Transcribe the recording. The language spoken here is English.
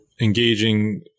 engaging